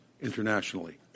internationally